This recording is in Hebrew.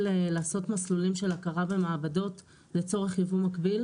לעשות מסלולים של הכרה במעבדות לצורך ייבוא מקביל.